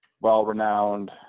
well-renowned